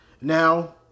Now